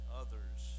others